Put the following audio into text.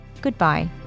Goodbye